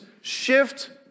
shift